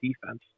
defense